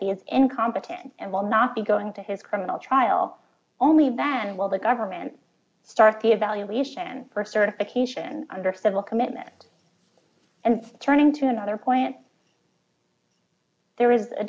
he is incompetent and will not be going to his criminal trial only then will the government start the evaluation for certification under civil commitment and turning to another point there was a